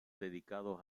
dedicados